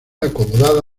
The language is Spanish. acomodada